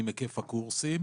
האם היקף הקורסים.